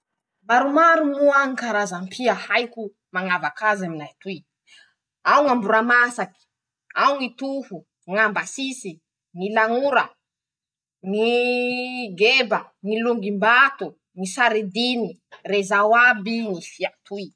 Maromaro moa ñy karazam-pia haiko mañavak'azy aminay atoy: -Ao ñ'amboramasaky. ao ñy toho, ñ'ambasisy. ñy lañora. ñy geba. ñy logimbato. ñy saridiny. rezao aby ñy fia atoy.